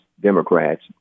Democrats